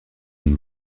une